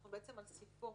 אנחנו בעצם על ספו